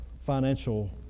financial